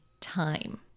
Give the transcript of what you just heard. time